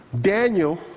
Daniel